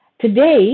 Today